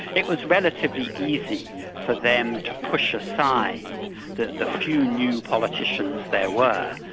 it was relatively easy for them to push aside the the few new politicians there were,